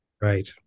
Right